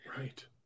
right